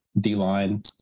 D-line